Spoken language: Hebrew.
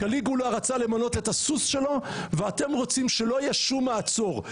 קליגולה רצה למנות את הסוס שלו ואתם רוצים שלא יהיה שום מעצור.